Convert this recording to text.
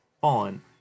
fallen